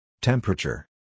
Temperature